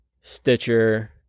Stitcher